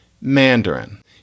Mandarin